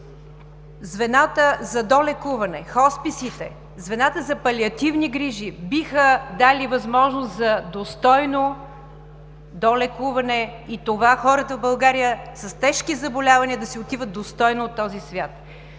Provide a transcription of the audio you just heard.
звената за долекуване – хосписите, звената за палиативни грижи биха дали възможност за достойно долекуване и това хората в България с тежки заболявания да си отиват достойно от този свят.